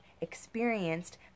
experienced